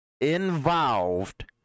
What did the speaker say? involved